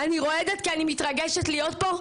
אני רועדת כי אני מתרגשת להיות פה,